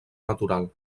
natural